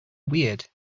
weird